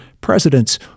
presidents